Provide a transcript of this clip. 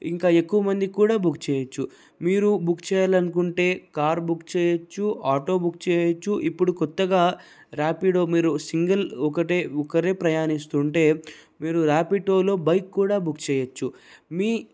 ఇంకా ఎక్కువ మందికి కూడా బుక్ చేయొచ్చు మీరు బుక్ చేయాలనుకుంటే కార్ బుక్ చేయొచ్చు ఆటో బుక్ చేయొచ్చు ఇప్పుడు కొత్తగా ర్యాపిడో మీరు సింగిల్ ఒకటే ఒకరే ప్రయాణిస్తుంటే మీరు ర్యాపిడోలో బైక్ కూడా బుక్ చేయొచ్చు మీ